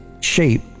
shape